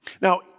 Now